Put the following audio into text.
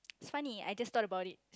it's funny I just thought about it